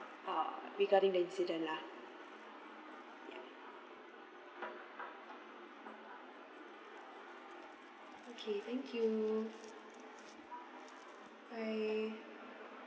uh regarding the incident lah okay thank you bye